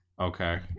okay